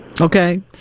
Okay